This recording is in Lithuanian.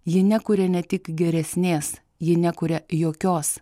ji nekuria ne tik geresnės ji nekuria jokios